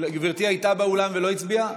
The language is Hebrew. גברתי הייתה באולם ולא הצביעה?